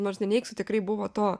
nors neneigsiu tikrai buvo to